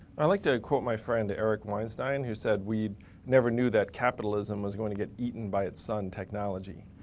i like to quote my friend eric weinstein, who said we never knew that capitalism was going to get eaten by its son, technology.